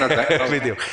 בדיוק.